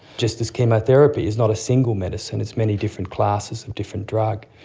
just as chemotherapy is not a single medicine, it's many different classes of different drug.